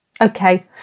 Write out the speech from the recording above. Okay